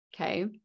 Okay